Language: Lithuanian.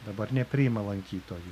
dabar nepriima lankytojų